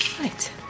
Right